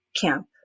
camp